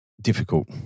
difficult